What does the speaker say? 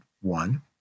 one